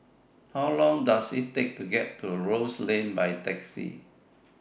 How Long Does IT Take to get to Rose Lane By Taxi